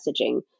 messaging